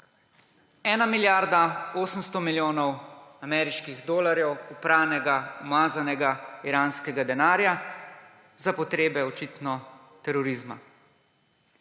milijarda 800 milijonov ameriških dolarjev opranega umazanega iranskega denarja za potrebe, očitno, terorizma.